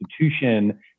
institution